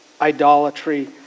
idolatry